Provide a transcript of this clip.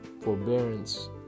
forbearance